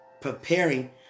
preparing